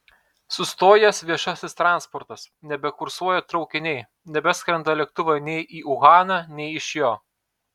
sustojęs viešasis transportas nebekursuoja traukiniai nebeskrenda lėktuvai nei į uhaną nei iš jo